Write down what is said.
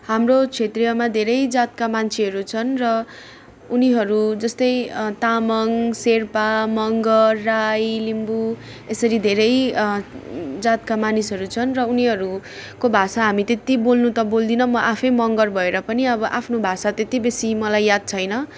हाम्रो क्षेत्रमा धेरै जातका मान्छेहरू छन् र उनीहरू जस्तै तामाङ सेर्पा मगर राई लिम्बू यसरी धेरै जातका मानिसहरू छन् र उनीहरूको भाषा हामी त्यति बोल्नु त बोल्दैनौँ आफै मगर भएर पनि अब आफ्नो भाषा त्यति बेसी मलाई याद छैन